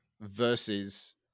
versus